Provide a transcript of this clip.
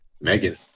Megan